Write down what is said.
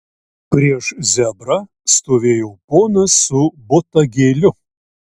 prieš zebrą stovėjo ponas su botagėliu